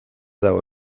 dago